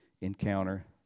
encounter